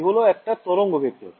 k হল একটা তরঙ্গ ভেক্টর